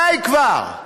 די כבר.